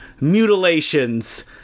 *Mutilations*